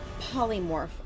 Polymorph